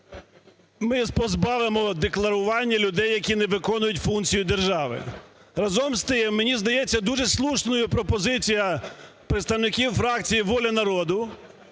ми позбавимо декларування людей, які не виконують функцію держави. Разом з тим, мені здається дуже слушною пропозиція представників фракції "Воля народу",